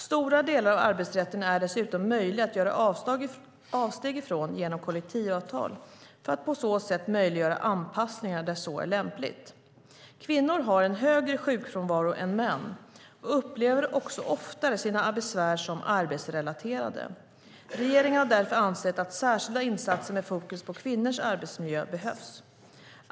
Stora delar av arbetsrätten är dessutom möjlig att göra avsteg ifrån genom kollektivavtal för att på så sätt möjliggöra anpassningar där så är lämpligt. Kvinnor har en högre sjukfrånvaro än män och upplever också oftare sina besvär som arbetsrelaterade. Regeringen har därför ansett att särskilda insatser med fokus på kvinnors arbetsmiljö behövs.